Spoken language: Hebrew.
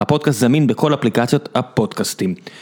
הפודקאסט זמין בכל אפליקציות הפודקאסטים.